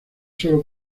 solo